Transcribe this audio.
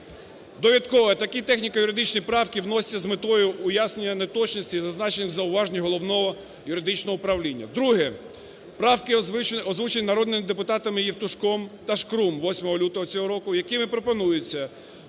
вчинила…".Довідково: такі техніко-юридичні правки вносяться з метою уяснення неточностей, зазначених в зауваженнях Головного юридичного управління. Друге. Правки, озвучені народними депутатамиЄвтушком та Шкрум 8 лютого цього року, якими пропонується